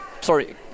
sorry